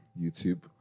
YouTube